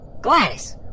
Gladys